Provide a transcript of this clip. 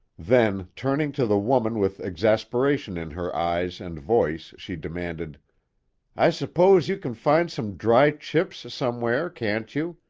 then turning to the woman with exasperation in her eyes and voice she demanded i s'pose you can find some dry chips, somewhere, can't you?